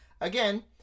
again